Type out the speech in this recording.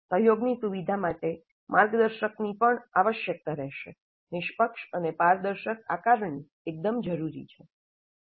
સહયોગની સુવિધા માટે માર્ગદર્શકની પણ આવશ્યકતા રહેશે નિષ્પક્ષ અને પારદર્શક આકારણી એકદમ જરૂરી છે